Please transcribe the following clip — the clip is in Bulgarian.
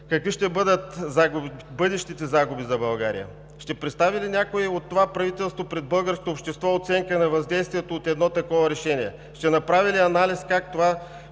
Какви ще бъдат бъдещите загуби за България? Ще представи ли някой от това правителство пред българското общество оценка на въздействие от едно такова решение? Ще направи ли анализ как това